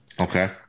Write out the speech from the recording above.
Okay